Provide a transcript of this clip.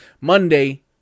Monday